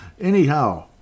anyhow